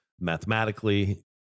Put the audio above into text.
mathematically